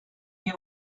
you